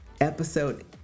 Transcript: episode